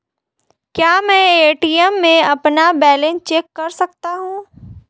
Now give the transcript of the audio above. क्या मैं ए.टी.एम में अपना बैलेंस चेक कर सकता हूँ?